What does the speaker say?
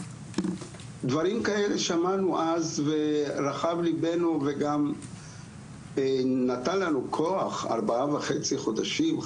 דברים כאלה שמענו אז ורחב ליבנו וגם נתן לנו כוח ארבעה וחצי חודשים,